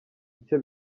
bice